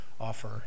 offer